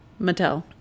Mattel